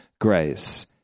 grace